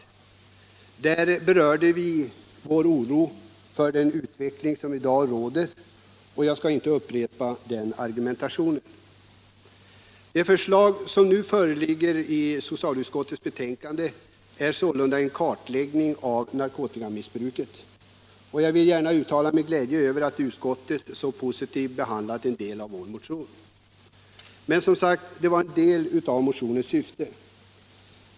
I den berörde vi vår oro för den utveckling som i dag äger rum. Jag skall inte upprepa den argumentationen. Det förslag som nu föreligger i socialutskottets betänkande är att en kartläggning av narkotikamissbruket skall ske. Jag vill gärna uttala min glädje över att utskottet så positivt behandlat en del av vår motion. Men, som sagt, det var endast en del av motionens syfte.